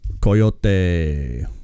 Coyote